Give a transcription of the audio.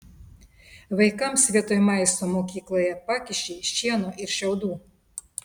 vaikams vietoj maisto mokykloje pakiši šieno ir šiaudų